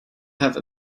have